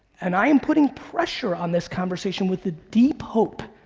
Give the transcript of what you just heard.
and i am putting pressure on this conversation with the deep hope,